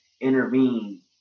intervene